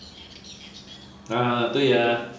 ah 对呀